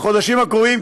בחודשים הקרובים,